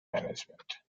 management